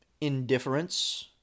indifference